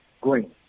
green